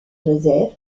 joseph